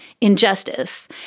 Injustice